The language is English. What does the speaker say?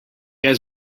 guys